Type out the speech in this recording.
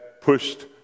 pushed